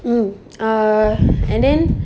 mm err and then